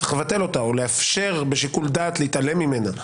צריך לבטל אותה או לאפשר בשיקול דעת להתעלם ממנה.